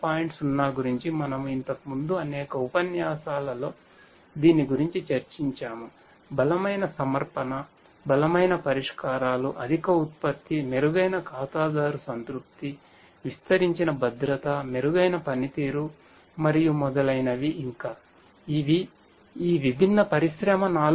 0 గురించి మనము ఇంతకుముందు అనేక ఉపన్యాసాలలో ధీని గురించి చర్చించాము బలమైన సమర్పణ బలమైన పరిష్కారాలు అధిక ఉత్పత్తి మెరుగైన ఖాతాదారు సంతృప్తి విస్తరించిన భద్రత మెరుగైన పనితీరు మరియు మొదలైనవి ఇంకా ఇవి ఈ విభిన్న పరిశ్రమ 4